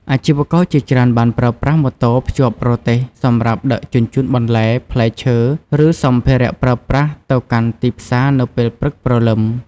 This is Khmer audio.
អាជីវករជាច្រើនបានប្រើប្រាស់ម៉ូតូភ្ជាប់រទេះសម្រាប់ដឹកជញ្ជូនបន្លែ ផ្លែឈើ ឬសម្ភារៈប្រើប្រាស់ទៅកាន់ទីផ្សារនៅពេលព្រឹកព្រលឹម។